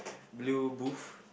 blue booth